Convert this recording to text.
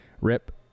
Rip